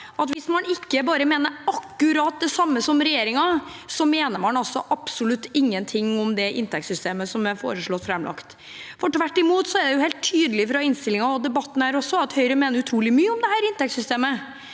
hvis man ikke mener akkurat det samme som regjeringen, mener man absolutt ingenting om det inntektssystemet som er foreslått framlagt. Tvert imot er det helt tydelig ut fra innstillingen og debatten at Høyre mener utrolig mye om dette inntektssystemet,